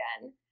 again